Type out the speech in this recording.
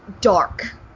dark